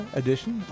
edition